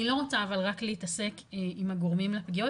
נאי לא רוצה אבל רק להתעסק עם הגורמים לפגיעות,